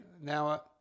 now